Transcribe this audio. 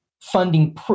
funding